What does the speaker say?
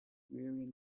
rearing